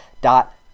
dot